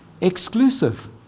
Exclusive